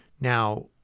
Now